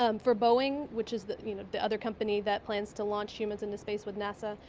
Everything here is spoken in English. um for boeing which is the you know the other company that plans to launch humans into space with nasa,